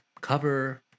cover